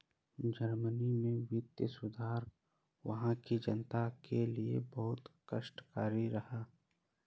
Germany में वित्तीय सुधार वहां की जनता के लिए बहुत कष्टकारी रहा